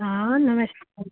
हाँ नमस्कार